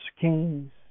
kings